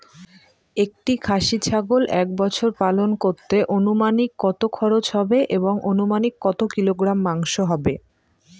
একটি খাসি ছাগল এক বছর পালন করতে অনুমানিক কত খরচ হবে এবং অনুমানিক কত কিলোগ্রাম মাংস হবে?